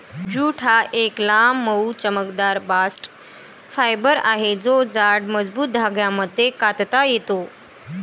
jute हा एक लांब, मऊ, चमकदार बास्ट फायबर आहे जो जाड, मजबूत धाग्यांमध्ये कातता येतो